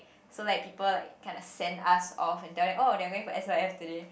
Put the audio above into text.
so like people like kinda send us off and tell them oh they are going for s_y_f today